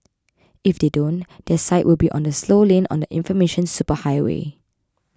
if they don't their site will be on the slow lane on the information superhighway